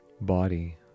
body